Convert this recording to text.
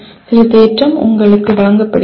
சில தேற்றம் உங்களுக்கு வழங்கப்படுகிறது